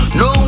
no